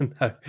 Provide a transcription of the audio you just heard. No